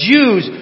Jews